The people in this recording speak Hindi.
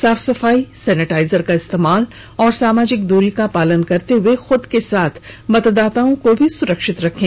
साफ सफाई सेनेटाइजर का इस्तेमाल और सामाजिक दूरी का पालन करते हुए खुद के साथ मतदाताओं को भी सुरक्षित रखें